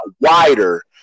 wider